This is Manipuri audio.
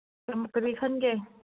ꯑꯃ ꯀꯔꯤ ꯈꯟꯒꯦ